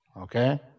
Okay